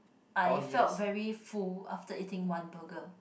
I felt very full after eating one burger